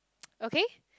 okay